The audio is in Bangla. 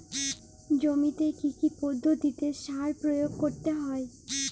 জমিতে কী কী পদ্ধতিতে সার প্রয়োগ করতে হয়?